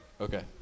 Okay